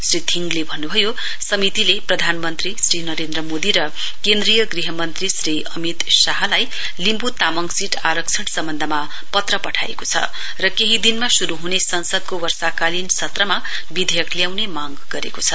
श्री थीङले भन्नुभयो समितिले प्रधानमन्त्री श्री नरेन्द्र मोदी र केन्द्रीय गृह मन्त्री श्री अमित शाहलाई लिम्बु तामङ सीट आरक्षण सम्वन्धमा पत्र पठाएको छ र केही दिनमा शुरु हुने संसदको वर्षाकालीन सत्रमा विधेयक मांग गरेको छ